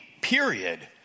period